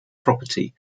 property